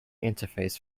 interface